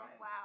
Wow